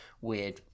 weird